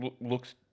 looks